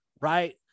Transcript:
right